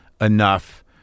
enough